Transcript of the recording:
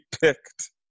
picked